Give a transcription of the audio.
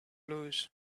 lose